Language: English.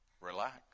relax